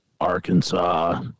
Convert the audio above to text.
Arkansas